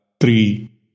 three